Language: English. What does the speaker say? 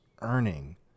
earning